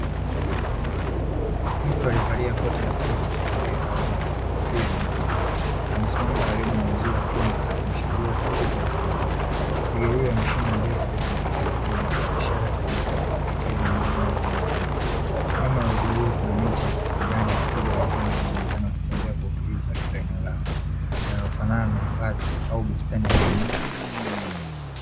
Mtu aliyevalia koti la bluu, suruali ya kahawia, kofia na barakoa amesimama karibu na uzio wa chuma akimshikilia twiga kwa utulivu. Twiga huyo anashingo ndefu na kichwa kikubwa ishara ya tabia yake ya kipekee miongoni mwa wanyama wa porini. Nyuma ya uzio huo kuna miti ya kijani na twiga wengine wanaonekana wakitembbea kwa utulivu katika eneo lao linalofanana na hifadhi au bustani ya wanyama.